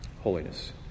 Holiness